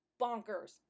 bonkers